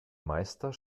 meister